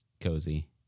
cozy